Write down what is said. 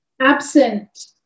absent